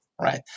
right